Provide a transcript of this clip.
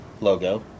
logo